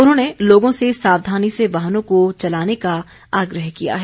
उन्होंने लोगों से सावधानी से वाहनों को चलाने का आग्रह किया है